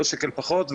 לא שקל פחות,